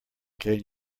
can